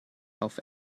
auf